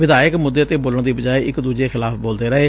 ਵਿਧਾਇਕ ਮੁੱਦੇ ਤੇ ਬੋਲਣ ਦੀ ਬਜਾਏ ਇਕ ਦੁਜੇ ਖਿਲਾਫ਼ ਬੋਲਦੇ ਰਹੇ